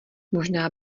možná